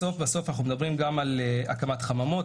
בסוף בסוף אנחנו מדברים גם על הקמת חממות,